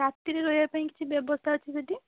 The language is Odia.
ରାତିରେ ରହିବା ପାଇଁ କିଛି ବ୍ୟବସ୍ଥା ଅଛି ସେଇଠି